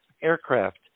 aircraft